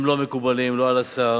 הם לא מקובלים, לא על השר,